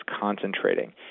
concentrating